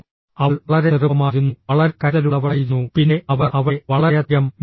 അവൾ വളരെ ചെറുപ്പമായിരുന്നു വളരെ കരുതലുള്ളവളായിരുന്നു പിന്നെ അവർ അവളെ വളരെയധികം മിസ് ചെയ്യുന്നു